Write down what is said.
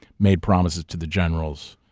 made promises to the generals,